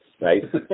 right